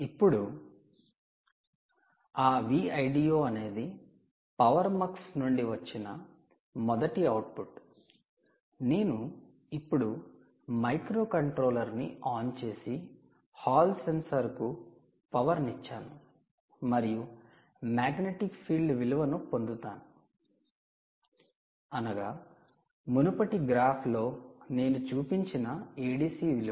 ఇప్పుడు ఆ Vldo అనేది 'పవర్మక్స్ ' నుండి వచ్చిన మొదటి అవుట్పుట్ నేను ఇప్పుడు మైక్రోకంట్రోలర్ని ఆన్ చేసి హాల్ సెన్సార్ కు పవర్ నిచ్చాను మరియు మాగ్నెటిక్ ఫీల్డ్ విలువను పొందుతాను అనగా మునుపటి గ్రాఫ్ లో నేను చూపించిన ADC విలువ